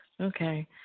Okay